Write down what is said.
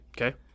Okay